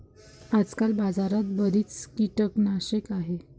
आजकाल बाजारात बरीच कीटकनाशके आहेत